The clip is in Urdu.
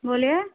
بولیے